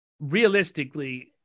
realistically